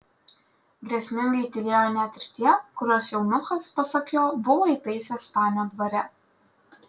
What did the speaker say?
grėsmingai tylėjo net ir tie kuriuos eunuchas pasak jo buvo įtaisęs stanio dvare